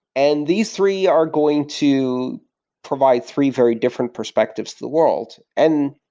and these three are going to provide three very different perspectives to the world. and